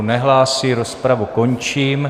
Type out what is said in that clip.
Nehlásí, rozpravu končím.